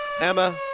Emma